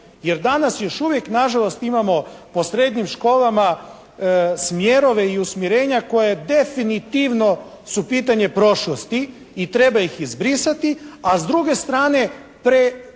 jer danas još uvijek nažalost imamo po srednjim školama smjerove i usmjerenja koje definitivno su pitanje prošlosti i treba ih izbrisati a s druge strane preteško